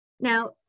Now